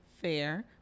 Fair